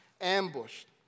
ambushed